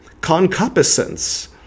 concupiscence